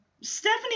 Stephanie